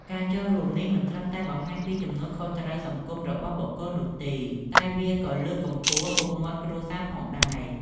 ការចូលរួមនេះមិនត្រឹមតែបង្ហាញពីទំនួលខុសត្រូវសង្គមរបស់បុគ្គលនោះទេ តែវាក៏ជួយលើកកម្ពស់មុខមាត់គ្រួសារផងដែរ។